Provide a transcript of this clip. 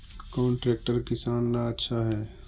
कौन ट्रैक्टर किसान ला आछा है?